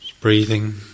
Breathing